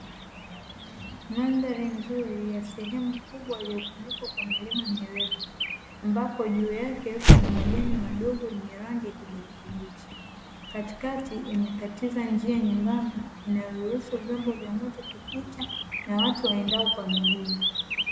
Mandhari nzuri ya sehemu kubwa iliyofunikwa kwa milima mirefu ambapo juu yake kuna majani madogo yenye rangi ya kijani kibichi, katikati imekatiza njia nyembamba inayoruhusu vyombo vya moto kupita na watu waendao kwa miguu.